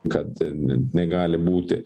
kad negali būti